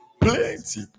plenty